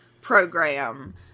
program